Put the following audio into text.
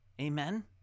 Amen